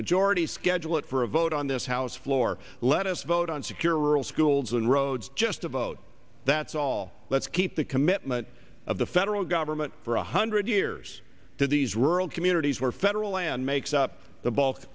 majority schedule it for a vote on this house floor let us vote on securing schools and roads just a vote that's all let's keep the commitment of the federal government for one hundred years to these rural communities where federal land makes up the bulk